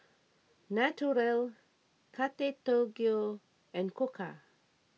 Naturel Kate Tokyo and Koka